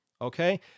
Okay